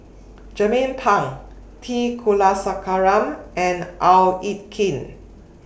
Jernnine Pang T Kulasekaram and Au Hing Yee